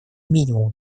минимуму